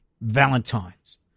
valentines